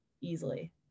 easily